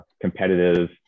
competitive